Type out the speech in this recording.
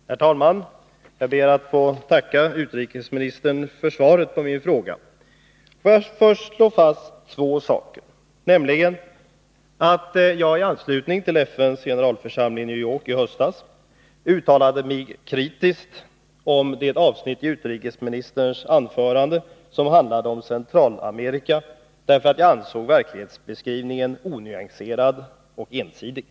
Herr talman! Jag ber att få tacka utrikesministern för svaret på min fråga. Låt mig först slå fast: I anslutning till FN:s generalförsamlings session i New York i höstas uttalade jag mig kritiskt om det avsnitt i utrikesministerns anförande som handlade om Centralamerika; jag ansåg verklighetsbeskrivningen onyanserad och ensidig.